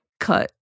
cut